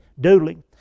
doodling